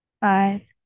five